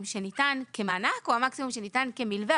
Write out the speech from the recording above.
שניתן כמענק או המקסימום שניתן כמלווה,